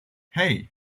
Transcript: hey